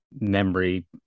memory